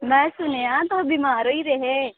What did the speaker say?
में सुनेआ तुस बमार होई गेदे हे